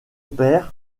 père